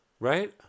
Right